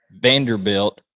Vanderbilt